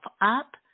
up